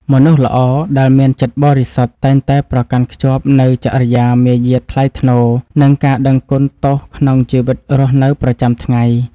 មនុស្សល្អដែលមានចិត្តបរិសុទ្ធតែងតែប្រកាន់ខ្ជាប់នូវចរិយាមារយាទថ្លៃថ្នូរ និង ការដឹងគុណទោសក្នុងជីវិតរស់នៅប្រចាំថ្ងៃ